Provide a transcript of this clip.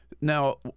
Now